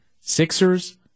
Sixers